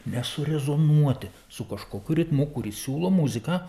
nesurezuonuoti su kažkokiu ritmu kuris siūlo muziką